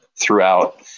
throughout